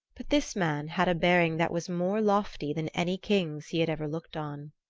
but this man had a bearing that was more lofty than any king's he had ever looked on.